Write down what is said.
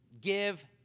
give